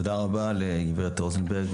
תודה רבה לגברת רוזנברג.